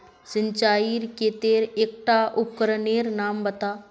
सिंचाईर केते एकटा उपकरनेर नाम बता?